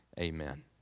amen